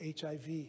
HIV